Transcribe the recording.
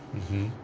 mmhmm